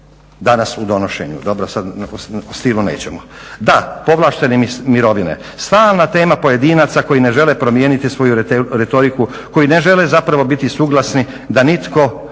danas u donošenje". Dobro sada o stilu nećemo. Da, povlaštene mirovne stalna tema pojedinaca koji ne žele promijeniti svoju retoriku, koji ne žele zapravo biti suglasni da nitko